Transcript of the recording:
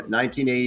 1980